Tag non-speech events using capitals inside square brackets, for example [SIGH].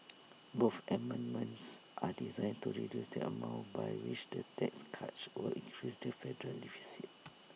both amendments are designed to reduce the amount by which the tax cuts would increase the different federal deficit [NOISE]